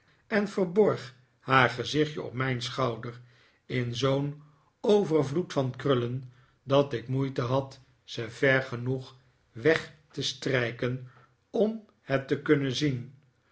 en verborg haar gezichtje op mijn schouder in zoo'n overvloed van krullen dat ik moeite had ze ver genoeg weg te strijken om het te kunnen zien